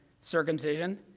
circumcision